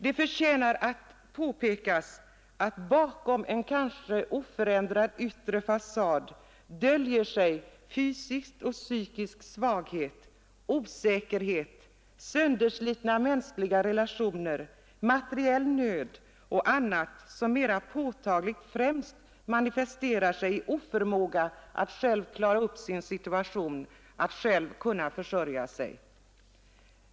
Det förtjänar påpekas att bakom en kanske oförändrad yttre fasad döljer sig ofta fysisk och psykisk svaghet, osäkerhet, sönderslitna mänskliga relationer, materiell nöd och annat som mera påtagligt främst manifesterar sig i oförmåga att själv klara upp sin situation, att själv försörja sig.